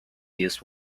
this